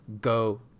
go